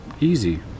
easy